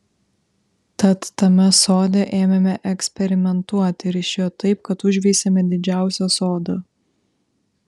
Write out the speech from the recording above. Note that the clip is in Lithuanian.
tad tame sode ėmėme eksperimentuoti ir išėjo taip kad užveisėme didžiausią sodą